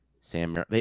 Sam